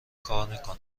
کار